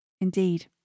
Indeed